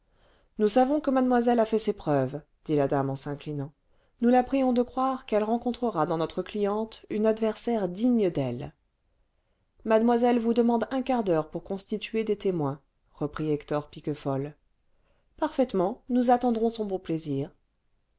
nous savons que mademoiselle a fait ses preuves dit la clame en s'inclinant nous la prions de croire qu'elle rencontrera dans notre cliente une adversaire digne d'elle mademoiselle vous demande un quart d'heure pour constituer des témoins reprit hector piquefol parfaitement nous attendrons son bon plaisir